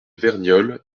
verniolle